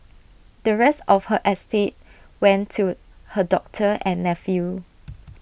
the rest of her estate went to her doctor and nephew